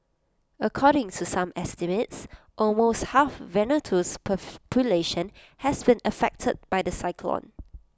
according to some estimates almost half Vanuatu's population has been affected by the cyclone